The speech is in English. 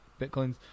Bitcoins